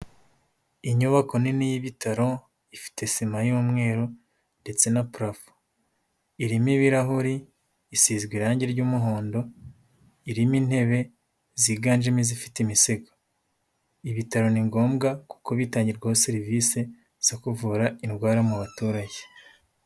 Inyubako nini y'ibitaro ifite sima y'umweru ndetse na parafo, irimo ibirahuri, isizwe irangi ry'umuhondo, irimo intebe ziganjemo izifite imisego, ibitaro ni ngombwa kuko bitangirwaho serivisi za kuvura indwara mu baturage.